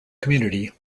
community